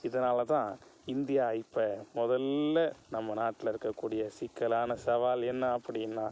இதனால் தான் இந்தியா இப்போ முதல்ல நம்ம நாட்டில் இருக்கக்கூடிய சிக்கலான சவால் என்ன அப்படினா